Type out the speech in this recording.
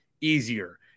easier